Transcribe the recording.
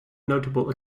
notable